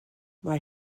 mae